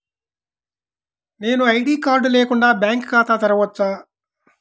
నేను ID card లేకుండా bank ఖాతా తెరవచ్చా?